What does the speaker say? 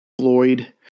Floyd